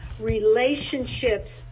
relationships